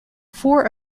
four